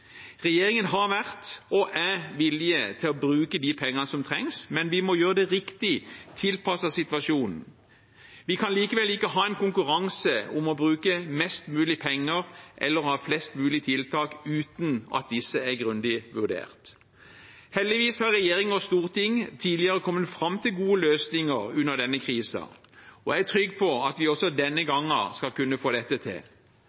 Regjeringen har vært og er villig til å bruke de pengene som trengs, men vi må gjøre det riktig, tilpasset situasjonen. Vi kan likevel ikke ha en konkurranse om å bruke mest mulig penger eller å ha flest mulig tiltak, uten at disse er grundig vurdert. Heldigvis har regjering og storting tidligere kommet fram til gode løsninger under denne krisen. Jeg er trygg på at vi også denne gangen skal kunne få dette til.